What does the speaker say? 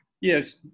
Yes